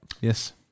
Yes